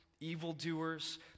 evildoers